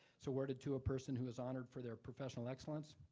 it's awarded to a person who is honored for their professional excellence,